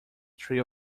three